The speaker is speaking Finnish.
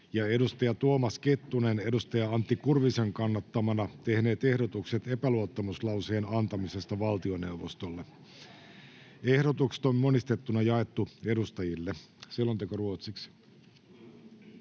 ja Tuomas Kettunen Antti Kurvisen kannattamana tehneet ehdotukset epäluottamuslauseen antamisesta valtioneuvostolle. Ehdotukset on monistettuna jaettu edustajille. (Pöytäkirjan